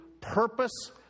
purpose